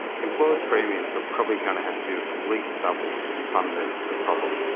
employer's premiums are probably going to have to least double to fund the the problem.